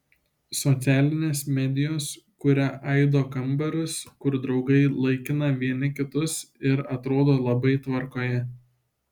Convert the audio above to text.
socialinės medijos kuria aido kambarius kur draugai laikina vieni kitus ir atrodo labai tvarkoje